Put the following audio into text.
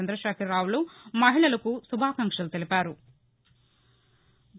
చందశేఖరరావులు మహిళలకు శుభాకాంక్షలు తెలిపారు